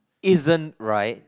isn't right